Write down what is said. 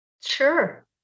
Sure